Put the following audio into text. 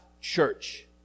church